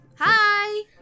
Hi